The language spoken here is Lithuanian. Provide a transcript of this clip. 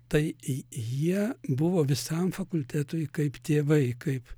tai j jie buvo visam fakultetui kaip tėvai kaip